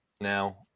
Now